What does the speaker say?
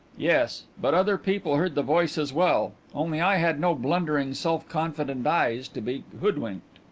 yes but other people heard the voice as well. only i had no blundering, self-confident eyes to be hoodwinked.